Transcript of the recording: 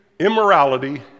immorality